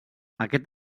aquest